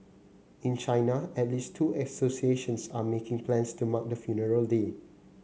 in China at least two associations are making plans to mark the funeral day